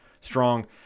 strong